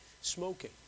smoking